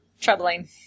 Troubling